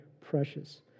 precious